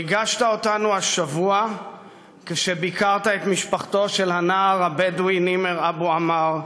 ריגשת אותנו השבוע כשביקרת את משפחתו של הנער הבדואי נימר אבו עמאר,